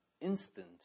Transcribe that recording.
instant